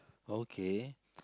okay